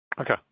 Okay